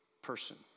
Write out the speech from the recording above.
person